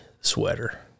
sweater